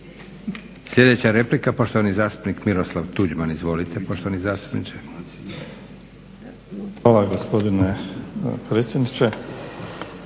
Sljedeća replika, poštovani zastupnik Miroslav Tuđman. Izvolite